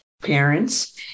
parents